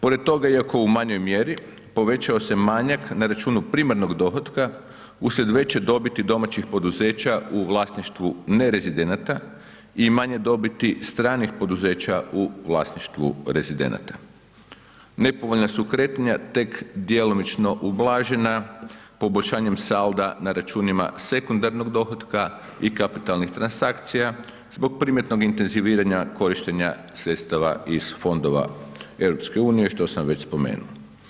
Pored toga iako u manjoj mjeri, povećao se manjak na računu primarnog dohotka uslijed veće dobiti domaćih poduzeća u vlasništvu ne rezidenata i manje dobiti stranih poduzeća u vlasništvu rezidenata, nepovoljna su kretanja tek djelomično ublažena poboljšanjem salda na računima sekundarnog dohotka i kapitalnih transakcija zbog primjetnog intenziviranja korištenja sredstava iz Fondova EU, što sam već spomenuo.